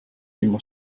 immer